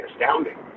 astounding